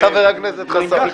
אני נהנה מכל רגע, חבר הכנסת חסון.